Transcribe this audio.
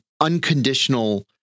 unconditional